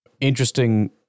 interesting